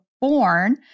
born